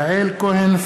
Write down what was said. בעד יריב לוין,